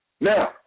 now